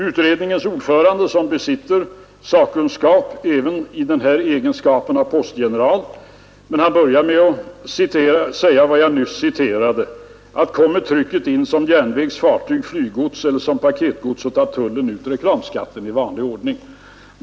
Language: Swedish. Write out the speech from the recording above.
Utredningens ordförande, som besitter sakkunskap även i egenskap av postgeneral, börjar sitt utlåtande med att säga vad jag nyss citerade, att kommer trycket in som järnvägs-, fartygs-, flyggods eller som paketgods tar tullen ut reklamskatten i vanlig ordning.